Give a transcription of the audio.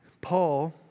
Paul